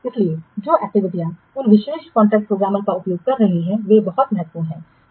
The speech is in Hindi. इसलिए जो एक्टिविटीयाँ उन विशेष कॉन्ट्रैक्ट प्रोग्रामर का उपयोग कर रही हैं वे बहुत महत्वपूर्ण हैं